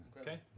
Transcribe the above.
Okay